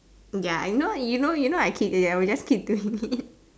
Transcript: ya I know you know you know I keep ya we just keep doing it